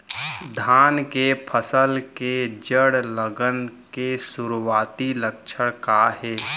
धान के फसल के जड़ गलन के शुरुआती लक्षण का हे?